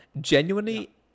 Genuinely